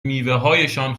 میوههایشان